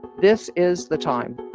this is the time